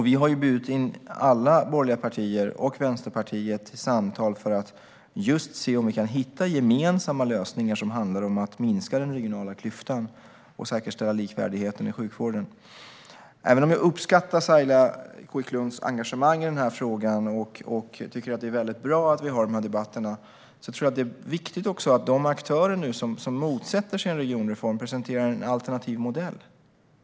Vi har bjudit in alla borgerliga partier och Vänsterpartiet till samtal just för att se om vi kan hitta gemensamma lösningar som handlar om att minska den regionala klyftan och säkerställa likvärdigheten i sjukvården. Även om jag uppskattar Saila Quicklunds engagemang i frågan och tycker att det är bra att vi för de här debatterna tror jag att det är viktigt att de aktörer som motsätter sig en regionreform nu presenterar en alternativ modell.